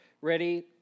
Ready